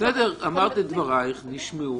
בסדר, אמרת את דבריך, נשמעו.